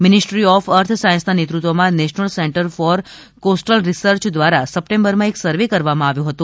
ministry of earth સાયન્સના નેતૃત્વમાં national centre for coastal research દ્વારા સપ્ટેમ્બરમાં એક સર્વે કરવામાં આવ્યો હતો